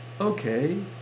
Okay